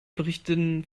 berichten